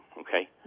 okay